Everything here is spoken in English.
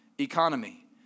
economy